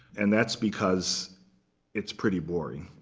and that's because it's pretty boring.